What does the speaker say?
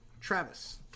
Travis